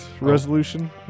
resolution